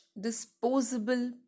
disposable